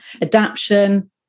adaption